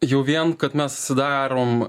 jau vien kad mes sudarom